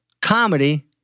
comedy